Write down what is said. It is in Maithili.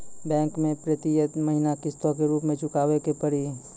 बैंक मैं प्रेतियेक महीना किस्तो के रूप मे चुकाबै के पड़ी?